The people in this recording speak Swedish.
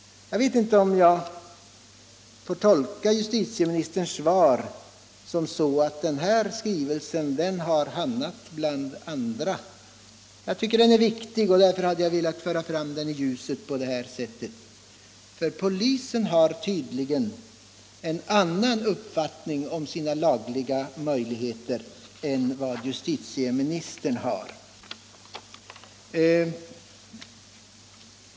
Jag vet inte om jag skall tolka justitieministerns svar så att denna skrivelse har lagts till handlingarna. Jag tycker den är viktig och därför har jag velat föra fram den i ljuset på detta sätt. Polisen har tydligen en annan uppfattning om sina lagliga möjligheter än vad justitieministern har.